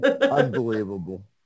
Unbelievable